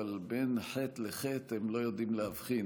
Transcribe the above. אבל בין חי"ת לח'י"ת הם לא יודעים להבחין.